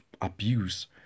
abuse